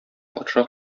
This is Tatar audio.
патша